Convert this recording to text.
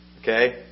Okay